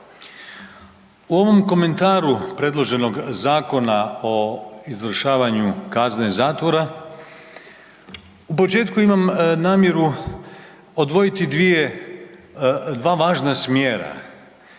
U ovom komentaru predloženog Zakona o izvršavanju kazne zatvora u početku imam namjeru odvojiti dva važna smjera.